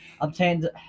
obtained